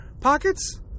pockets